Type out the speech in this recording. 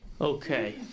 Okay